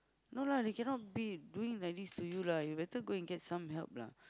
no lah they cannot be doing like this to you lah you better go and get some help lah